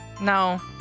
No